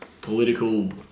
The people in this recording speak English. political